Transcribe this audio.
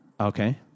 Okay